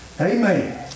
Amen